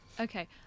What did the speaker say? Okay